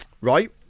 right